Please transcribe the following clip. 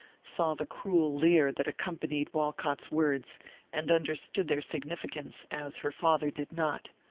saw the cruel leer that accompanied walcott's words and understood their significance as her father did not.